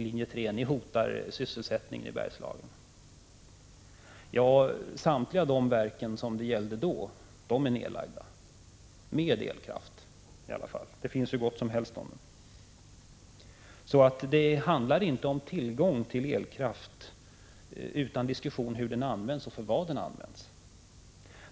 Linje 3 hotar sysselsättningen i Bergslagen. — Samtliga de verken som det gällde då är nu nedlagda — med elkraft, för sådan finns det hur mycket som helst. Det handlar alltså inte om tillgång på elkraft, utan diskussionen gäller hur elkraften används och för vad den används.